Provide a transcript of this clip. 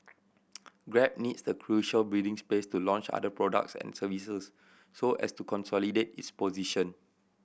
grab needs the crucial breathing space to launch other products and services so as to consolidate its position